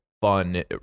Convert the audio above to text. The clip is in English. fun